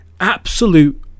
absolute